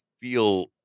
feel